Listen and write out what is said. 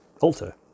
alter